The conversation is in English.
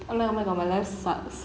oh my oh my god my life sucks